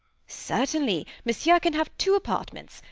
certainly, monsieur can have two apartments.